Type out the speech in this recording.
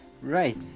right